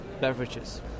beverages